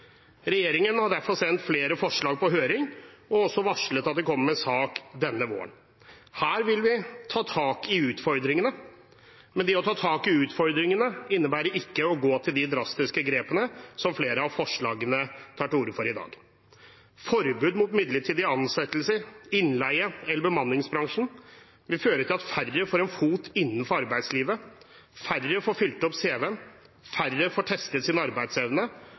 Regjeringen har derfor sendt flere forslag på høring og også varslet at den kommer med en sak denne våren. Her vil vi ta tak i utfordringene. Men det å ta tak i utfordringene innebærer ikke å gå til de drastiske grepene som flere av forslagene tar til orde for i dag. Forbud mot midlertidige ansettelser, innleie eller bemanningsbransjen vil føre til at færre får en fot innenfor arbeidslivet, færre får fylt opp cv-en, og færre får testet sin arbeidsevne.